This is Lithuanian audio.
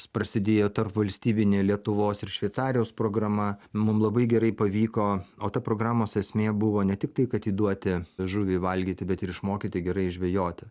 prasidėjo tarpvalstybinė lietuvos ir šveicarijos programa mum labai gerai pavyko o ta programos esmė buvo ne tik tai kad įduoti žuvį valgyti bet ir išmokyti gerai žvejoti